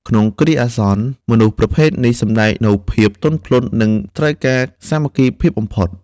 ក្នុងគ្រាអាសន្ន មនុស្សប្រភេទនេះសម្ដែងនូវភាពទន់ភ្លន់ និងត្រូវការសាមគ្គីភាពបំផុត។